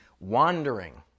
wandering